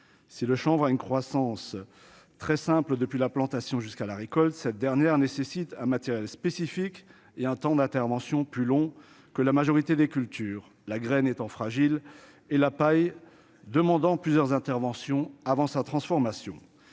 le chanvre, une croissance très simple, depuis l'implantation jusqu'à la récolte, cette dernière nécessite un matériel spécifique et un temps d'intervention plus long que la majorité des cultures, la graine étant fragile et la paille demandant plusieurs interventions avant sa transformation,